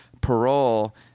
parole